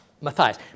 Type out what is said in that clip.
Matthias